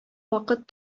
вакыт